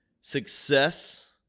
Success